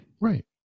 Right